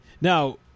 Now